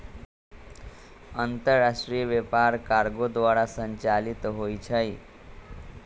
अंतरराष्ट्रीय व्यापार कार्गो द्वारा संचालित होइ छइ